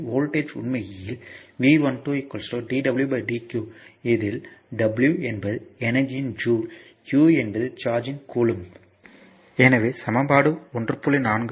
எனவே வோல்ட்டேஜ் உண்மையில் V12 dwdq இதில் w என்பது எனர்ஜியின் ஜூல் q என்பது சார்ஜ்யின் கூலொம்ப் எனவே சமன்பாடு 1